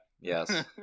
Yes